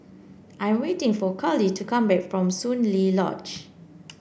I am waiting for Karlie to come back from Soon Lee Lodge